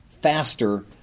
faster